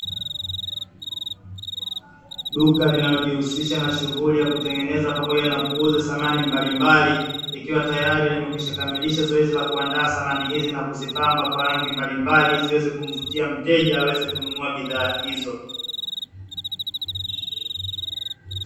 Duka linalojihusisha na shughuli ya kutengeneza pamoja na kuuza samani mbalimbali, likiwa tayari limekwisha kamilisha zoezi la kuaanda samani hizi na kuzipamba kwa rangi mbalimbali, ili ziweze kumvutia mteja aweze kununua bidha hizo.